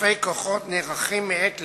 חילופי כוחות נערכים מעת לעת,